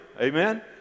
Amen